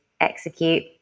execute